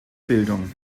bildung